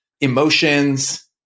emotions